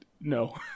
no